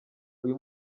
uyu